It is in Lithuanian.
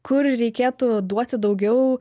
kur reikėtų duoti daugiau